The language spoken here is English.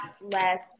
last